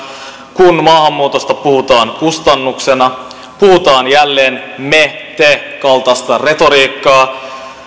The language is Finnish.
kun maahanmuutosta puhutaan kustannuksena puhutaan jälleen me te kaltaista retoriikkaa